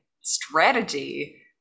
strategy